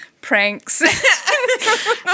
pranks